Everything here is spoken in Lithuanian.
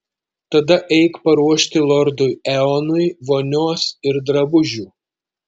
tada eik paruošti lordui eonui vonios ir drabužių